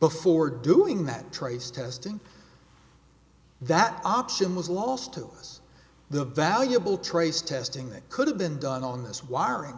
before doing that trace testing that option was lost to us the valuable trace testing that could have been done on this wiring